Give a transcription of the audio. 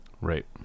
right